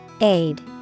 Aid